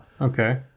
Okay